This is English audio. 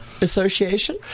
Association